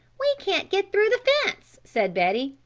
we can't get through the fence, said betty,